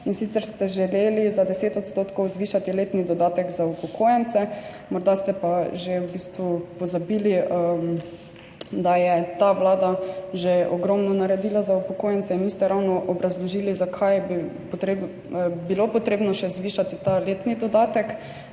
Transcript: in sicer ste želeli za 10 % zvišati letni dodatek za upokojence. Morda ste pa v bistvu pozabili, da je ta vlada že ogromno naredila za upokojence in niste ravno obrazložili, zakaj bi bilo treba še zvišati ta letni dodatek,